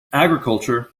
agriculture